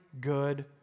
good